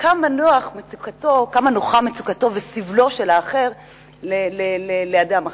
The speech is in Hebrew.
כמה נוחים מצוקתו וסבלו של האחר לאדם אחר,